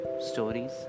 stories